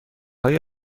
های